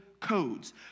codes